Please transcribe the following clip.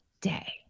day